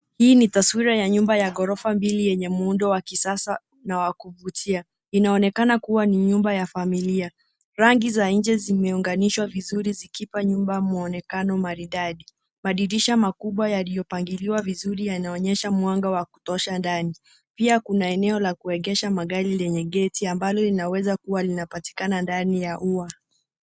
Hii ni taswira ya nyumba ya ghorofa mbili yenye muundo wa kisasa na wa kuvutia. Inaonekana kuwa ni nyumba ya familia. Rangi za nje zimeunganishwa vizuri zikipa nyumba mwonekano maridadi. Madirisha makubwa yaliyopangiliwa vizuri yanaonyesha mwanga wa kutosha ndani. Pia kuna eneo la kuegesha magari lenye geti ambalo linaweza kuwa linapatikana ndani ya ua.